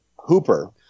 Hooper